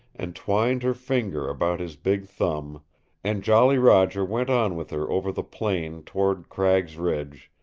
and twined her fingers about his big thumb and jolly roger went on with her over the plain toward cragg's ridge,